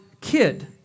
kid